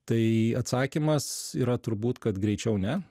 tai atsakymas yra turbūt kad greičiau ne